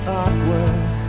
awkward